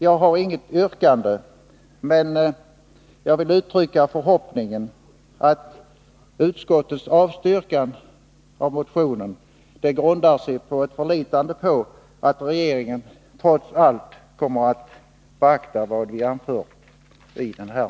Jag har inget yrkande, men jag vill uttrycka den förhoppningen att utskottets avstyrkande av motionen grundar sig på ett förlitande på att regeringen trots allt kommer att beakta vad vi har anfört i motionen.